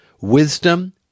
wisdom